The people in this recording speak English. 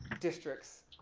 districts,